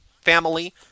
family